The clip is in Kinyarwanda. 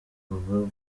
buba